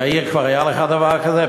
יאיר, כבר היה לך דבר כזה?